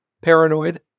paranoid